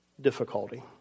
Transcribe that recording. difficulty